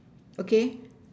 okay